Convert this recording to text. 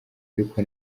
ariko